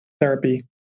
therapy